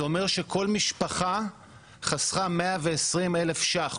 זה אומר שכל משפחה חסכה 120,000 שקלים.